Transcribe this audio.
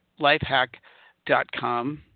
lifehack.com